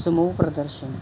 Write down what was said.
ਸਮੂਹ ਪ੍ਰਦਰਸ਼ਨ